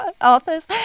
authors